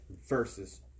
versus